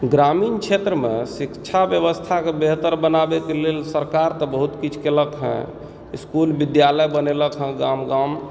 ग्रामीण क्षेत्रमे शिक्षा व्यवस्थाके बेहतर बनाबैके लेल सरकार तऽ बहुत्त किछु केलक हेँ इस्कुल विद्यालय बनेलक हेँ गाम गाम